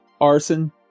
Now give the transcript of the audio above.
Arson